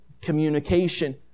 communication